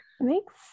makes